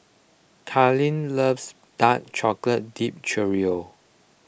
Karlene loves Dark Chocolate Dipped Churro